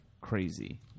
crazy